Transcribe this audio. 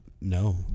no